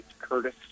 Curtis